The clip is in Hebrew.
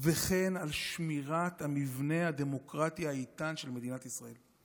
וכן על שמירת המבנה הדמוקרטי האיתן של מדינת ישראל.